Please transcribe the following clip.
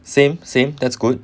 same same that's good